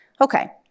Okay